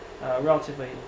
relatively